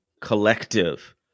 Collective